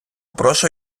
прошу